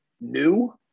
new